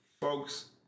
folks